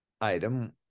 item